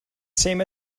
same